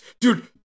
dude